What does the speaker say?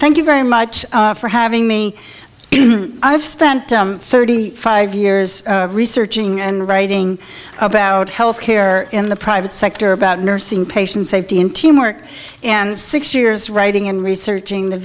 thank you very much for having me i have spent thirty five years researching and writing about health care in the private sector about nursing patient safety in teamwork and six years writing and researching the